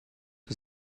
was